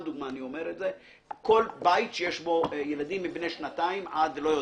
דוגמה - כל בית שיש בו ילדים מבני שנתיים עד לא יודע.